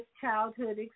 childhood